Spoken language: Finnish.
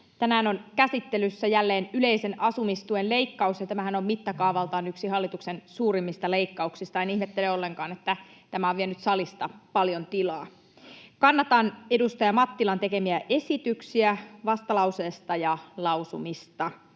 Tänään on käsittelyssä jälleen yleisen asumistuen leikkaus, ja tämähän on mittakaavaltaan yksi hallituksen suurimmista leikkauksista. En ihmettele ollenkaan, että tämä on vienyt salissa paljon tilaa. Kannatan edustaja Mattilan tekemiä esityksiä vastalauseesta ja lausumista,